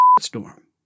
storm